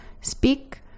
speak